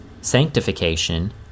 sanctification